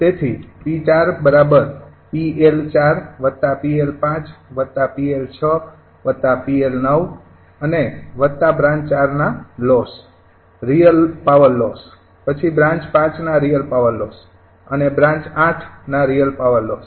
તેથી 𝑃૪ 𝑃𝐿૪𝑃𝐿૫𝑃𝐿૬ 𝑃𝐿૯ અને વત્તા લોસ બ્રાન્ચ ૪ના રિયલ પાવર લોસ પછી બ્રાન્ચ ૫ ના રિયલ પાવર લોસ અને બ્રાન્ચ ૮ ના રિયલ પાવર લોસ